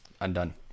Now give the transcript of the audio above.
Undone